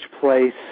place